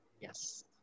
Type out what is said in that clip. Yes